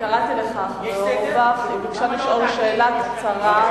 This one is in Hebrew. קראתי לך אחרי אורבך והיא ביקשה לשאול שאלה קצרה,